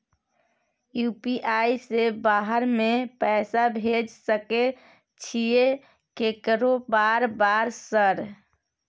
UPI से बाहर में पैसा भेज सकय छीयै केकरो बार बार सर?